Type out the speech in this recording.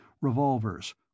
revolvers